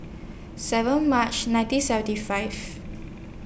seven March nineteen seventy five